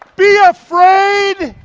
be afraid,